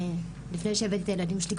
לפני שהבאתי את הילדים שלי,